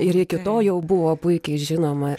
ir iki to jau buvo puikiai žinoma ir